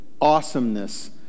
awesomeness